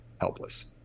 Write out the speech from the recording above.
helpless